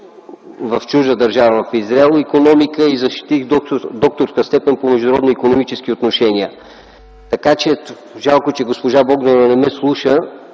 в чужда държава – в Израел. Защитих икономика. Защитих докторска степен по международни икономически отношения. Жалко, че госпожа Богданова не ме слуша,